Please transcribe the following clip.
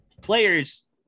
players